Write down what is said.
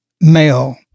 male